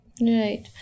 Right